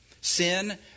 Sin